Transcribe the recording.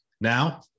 now